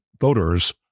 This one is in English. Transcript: voters